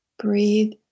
Breathe